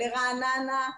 לרעננה,